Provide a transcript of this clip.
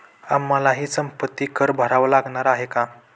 आम्हालाही संपत्ती कर भरावा लागणार आहे का?